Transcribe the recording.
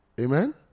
Amen